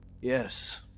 Yes